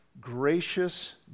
gracious